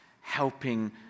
helping